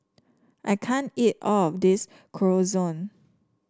I can't eat all of this Chorizo